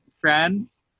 Friends